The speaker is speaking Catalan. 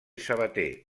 sabater